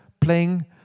playing